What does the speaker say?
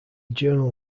journal